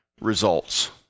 results